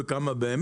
פשוט בכמה באמת?